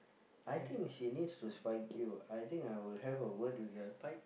I think she needs to spike you I think I will have a word with her